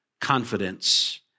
confidence